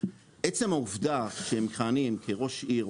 עצם העובדה שהם מכהנים כראש עיר,